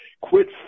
quit